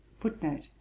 Footnote